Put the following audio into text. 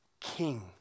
King